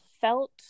felt